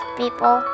people